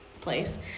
place